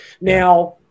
Now